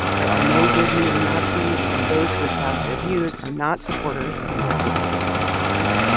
there are no good neo-nazis, and those who espouse their views are not supporters of american ideals and freedoms.